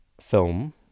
film